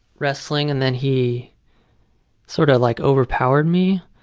wrestling, and then he sort of like overpowered me